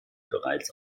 bereits